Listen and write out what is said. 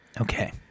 okay